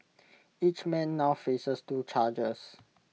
each man now faces two charges